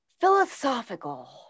philosophical